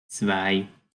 zwei